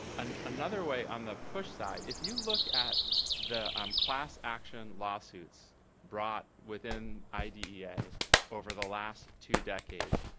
and another way on the push side, if you look at the um class-action lawsuits brought within idea over the last two decades,